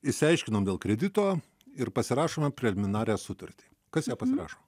išsiaiškinom dėl kredito ir pasirašome preliminarią sutartį kas ją pasirašo